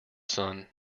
sun